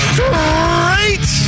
Straight